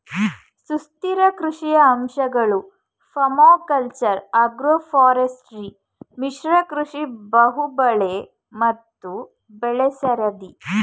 ಸುಸ್ಥಿರ ಕೃಷಿಯ ಅಂಶಗಳು ಪರ್ಮಾಕಲ್ಚರ್ ಅಗ್ರೋಫಾರೆಸ್ಟ್ರಿ ಮಿಶ್ರ ಕೃಷಿ ಬಹುಬೆಳೆ ಮತ್ತು ಬೆಳೆಸರದಿ